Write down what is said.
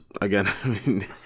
again